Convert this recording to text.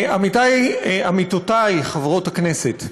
עמיתותי חברות הכנסת,